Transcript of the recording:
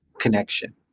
connection